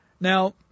Now